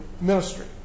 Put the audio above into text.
ministry